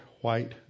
white